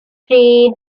tries